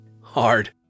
hard